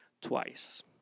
twice